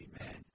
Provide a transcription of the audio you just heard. Amen